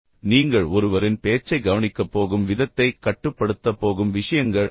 எனவே நீங்கள் ஒருவரின் பேச்சைக் கவனிக்கப் போகும் விதத்தை கட்டுப்படுத்தப் போகும் விஷயங்கள் அவை